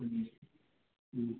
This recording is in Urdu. ہوں ہوں